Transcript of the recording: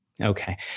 Okay